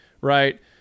Right